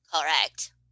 Correct